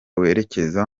werekeza